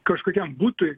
kažkokiam butui